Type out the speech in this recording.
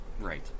Right